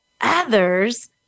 others